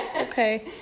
Okay